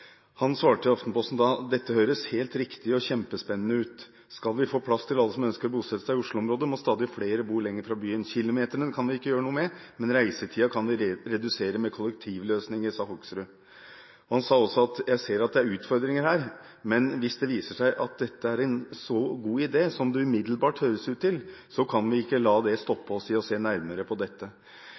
dette høres helt riktig og kjempespennende ut. Han sa videre at skal man få plass til alle som ønsker å bosette seg i Oslo-området, må stadig flere bo lenger fra byen. «Kilometerne kan vi ikke gjøre noe med, men reisetiden kan vi redusere med kollektivløsninger,» sa Hoksrud. Han sa også: «Jeg ser at det er utfordringer her, men hvis det viser seg at dette er en så god idé som det umiddelbart høres ut til, så kan vi ikke la det stoppe oss i å se nærmere på dette.»